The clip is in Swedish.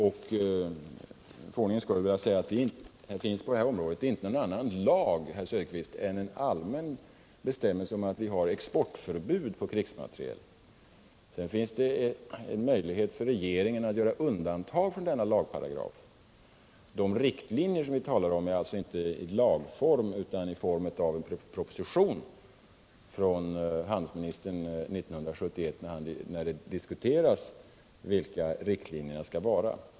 Förordningens skull vill jag också säga att det inte finns någon annan lag på detta område, herr Söderqvist, än en allmän bestämmelse om exportförbud för krigsmateriel. Sedan finns det en möjlighet för regeringen att göra undantag från denna lagparagraf. De riktlinjer som vi talar om är alltså inte i lagform utan i form av en proposition från handelsministern 1971, när det diskuterades vilka riktlinjerna skall vara.